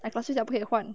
my boss 讲不可以换